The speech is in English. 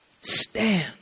stand